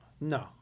No